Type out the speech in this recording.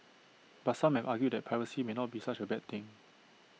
but some have argued that piracy may not be such A bad thing